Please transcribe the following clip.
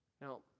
Now